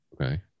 Okay